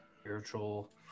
Spiritual